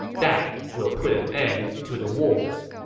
that will put an end to the wars.